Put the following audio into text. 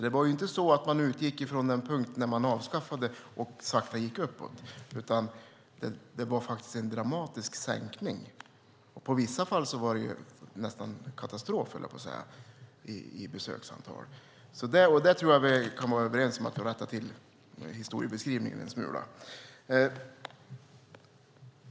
Det var inte så att man utgick från den punkt då man avskaffade den och det sakta gick uppåt, utan det var en dramatisk sänkning och i vissa fall nästan katastrof i besökstal. Jag tror att vi kan vara överens om att rätta till historieskrivningen en smula.